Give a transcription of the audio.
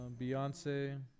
Beyonce